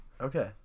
Okay